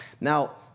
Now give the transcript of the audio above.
Now